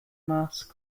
masks